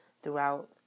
Throughout